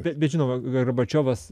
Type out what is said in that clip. bet bet žinot gorbačiovas